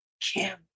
Kim